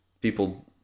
people